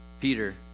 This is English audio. Peter